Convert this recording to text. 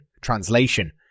translation